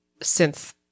synth